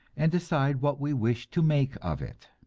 and decide what we wish to make of it.